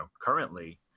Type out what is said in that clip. currently